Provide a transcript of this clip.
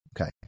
Okay